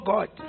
God